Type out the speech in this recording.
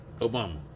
Obama